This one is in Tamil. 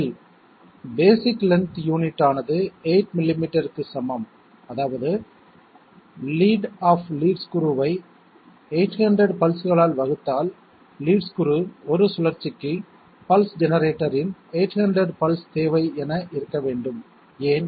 பதில் பேஸிக் லென்த் யூனிட் ஆனது 8 மில்லிமீட்டருக்கு சமம் அதாவது லீட் ஆப் லீட் ஸ்க்ரூ ஐ 800 பல்ஸ்களால் வகுத்தால் லீட் ஸ்க்ரூ ஒரு சுழற்சிக்கு பல்ஸ் ஜெனரேட்டரின் 800 பல்ஸ் தேவை என இருக்க வேண்டும் ஏன்